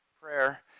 prayer